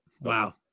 Wow